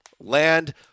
land